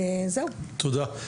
תודה.